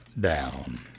down